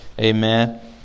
amen